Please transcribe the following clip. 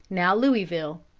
now louisville.